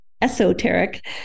esoteric